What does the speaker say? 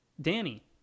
Danny